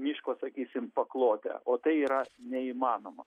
miško sakysim paklote o tai yra neįmanoma